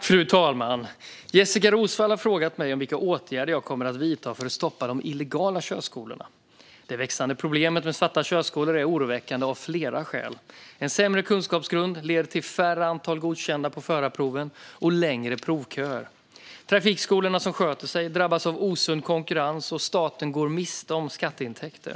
Fru talman! Jessika Roswall har frågat mig vilka åtgärder jag kommer att vidta för att stoppa de illegala körskolorna. Det växande problemet med svarta körskolor är oroväckande av flera skäl. En sämre kunskapsgrund leder till färre antal godkända på förarproven och längre provköer. Trafikskolor som sköter sig drabbas av osund konkurrens, och staten går miste om skatteintäkter.